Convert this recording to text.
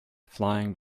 flying